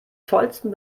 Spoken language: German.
tollsten